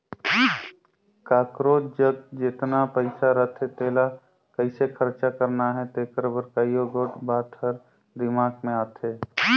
काकरोच जग जेतना पइसा रहथे तेला कइसे खरचा करना अहे तेकर बर कइयो गोट बात हर दिमाक में आथे